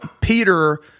Peter